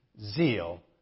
zeal